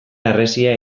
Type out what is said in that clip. harresia